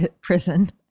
prison